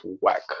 whack